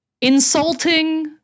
Insulting